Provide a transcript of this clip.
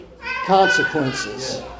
consequences